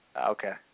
Okay